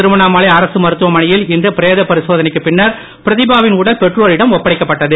திருவண்ணாமலை அரசு மருத்துவமனையில் இன்று பிரேத பரிசோதனைக்கு பின்னர் பிரதிபா வின் உடல் பெற்றோரிடம் ஒப்படைக்கப்பட்டது